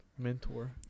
Mentor